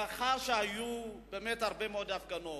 מאחר שהיו הרבה מאוד הפגנות,